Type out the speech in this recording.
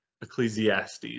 ecclesiastes